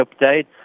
update